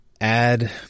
add